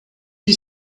you